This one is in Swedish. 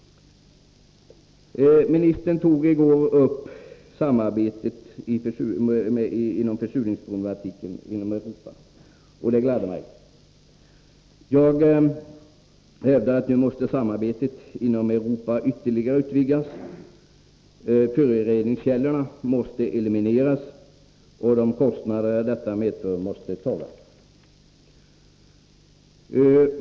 Ministern tog i går upp samarbetet inom Europa om försurningsproblematiken, och det gladde mig. Jag hävdar att samarbetet inom Europa nu måste ytterligare utvidgas. Föroreningskällorna måste elimineras, och de kostnader detta medför måste tas.